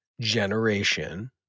generation